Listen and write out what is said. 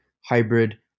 hybrid